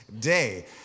day